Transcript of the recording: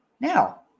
Now